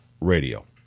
radio